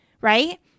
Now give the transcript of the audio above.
right